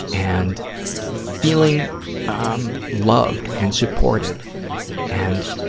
and feeling um loved and supported and,